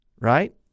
Right